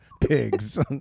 pigs